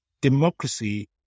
Democracy